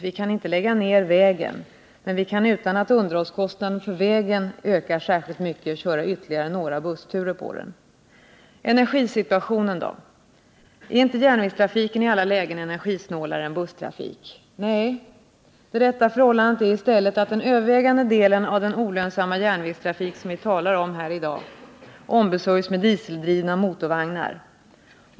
Vi kan inte lägga ned vägen, men vi kan utan att underhållskostnaderna för vägen ökar särskilt mycket köra ytterligare några bussturer på den. Energisituationen då — är inte järnvägstrafiken i alla lägen energisnålare än busstrafik? Nej. Det rätta förhållandet är att den övervägande delen av den olönsamma järnvägstrafik som vi talar om här i dag ombesörjs med dieseldrivna motorvagnar.